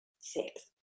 six